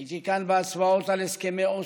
הייתי כאן בהצבעות על הסכמי אוסלו,